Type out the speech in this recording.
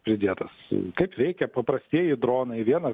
pridėtas kad veikia paprastieji dronai vienas